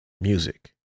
music